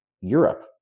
Europe